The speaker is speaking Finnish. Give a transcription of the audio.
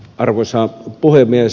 arvoisa puhemies